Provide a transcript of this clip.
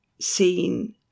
seen